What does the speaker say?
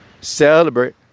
celebrate